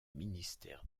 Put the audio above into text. ministère